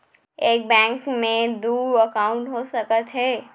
एक बैंक में दू एकाउंट हो सकत हे?